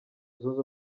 zunze